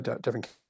different